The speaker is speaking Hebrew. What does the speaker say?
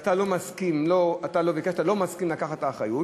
שאתה לא ביקשת ולא מסכים לקחת את האחריות.